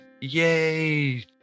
Yay